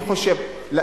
אני חושב,